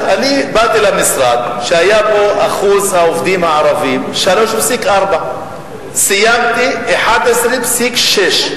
באתי למשרד שאחוז העובדים הערבים בו היה 3.4%. כשסיימתי היו שם 11.6%,